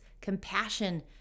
compassion